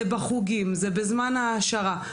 זה בחוגים, זה בזמן ההעשרה.